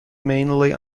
mainly